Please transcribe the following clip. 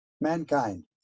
mankind